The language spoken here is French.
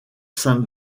saint